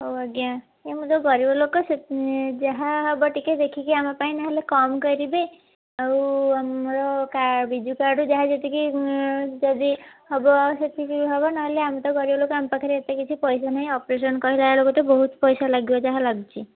ହଉ ଆଜ୍ଞା ମୁଁ ତ ଗରିବଲୋକ ଯାହା ହବ ଟିକେ ଦେଖିକି ଆମ ପାଇଁ ନହେଲେ କମ୍ କରିବେ ଆଉ ଆମର ବିଜୁ କାର୍ଡ଼ ରୁ ଯାହା ଯେତିକି ଯଦି ହବ ସେତିକି ହବ ନହେଲେ ଆମେ ତ ଗରିବଲୋକ ଆମ ପାଖରେ ଏତେ କିଛି ପଇସା ନାହିଁ ଅପରେସନ୍ କହିଲାବେଳୁକୁ ତ ବହୁତ ପଇସା ଲାଗିବ ଯାହା ଲାଗୁଛି